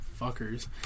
fuckers